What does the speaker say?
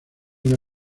una